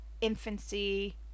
infancy